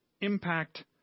impact